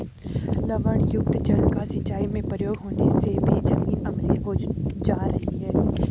लवणयुक्त जल का सिंचाई में प्रयोग होने से भी जमीन अम्लीय हो जा रही है